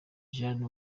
jane